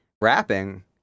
rapping